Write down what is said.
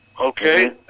Okay